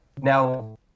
Now